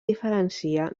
diferencia